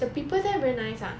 the people there very nice ah